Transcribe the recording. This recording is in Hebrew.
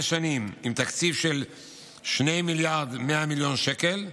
שנים עם תקציב של 2 מיליארד ו-100 מיליון שקל,